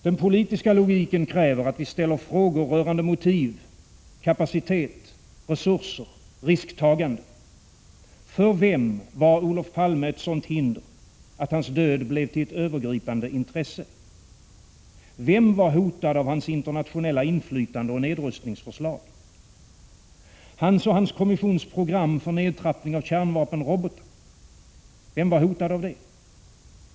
Den politiska logiken kräver att vi ställer frågor rörande motiv, kapacitet, resurser och risktagande. För vem var Olof Palme ett sådant hinder att hans död blev till ett övergripande intresse? Vem var hotad av hans internationella inflytande och nedrustningsförslag? Hans och hans kommissions program för nedtrappning av kärnvapenrobotar — vem var hotad av det?